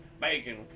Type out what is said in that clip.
Bacon